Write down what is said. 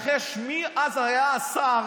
אדוני היושב-ראש, חבריי חברי הכנסת, חבריי השרים,